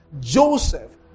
Joseph